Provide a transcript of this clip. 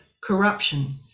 corruption